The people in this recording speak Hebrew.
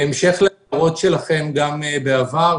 בהמשך להערות שלכם גם בעבר,